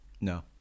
no